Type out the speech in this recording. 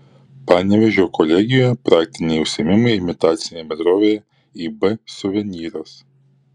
panevėžio kolegijoje praktiniai užsiėmimai imitacinėje bendrovėje ib suvenyras